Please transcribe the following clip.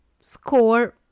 score